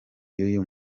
y’uyu